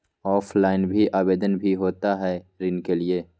Offline भी आवेदन भी होता है ऋण के लिए?